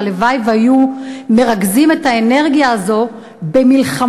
והלוואי שהיו מרכזים את האנרגיה הזאת במלחמה